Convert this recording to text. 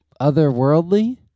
Otherworldly